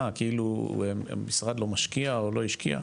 כאילו המשרד לא משקיע או לא השקיע.